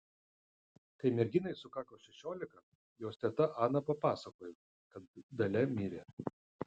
kai merginai sukako šešiolika jos teta ana papasakojo kad dalia mirė